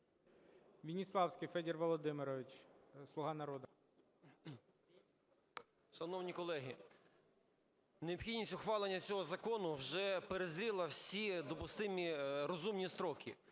Веніславський Федір Володимирович, "Слуга народу".